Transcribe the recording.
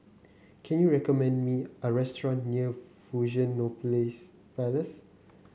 can you recommend me a restaurant near Fusionopolis Palace